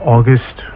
August